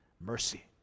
mercy